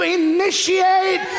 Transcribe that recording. initiate